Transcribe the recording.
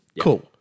Cool